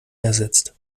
ersetzt